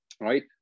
right